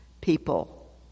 people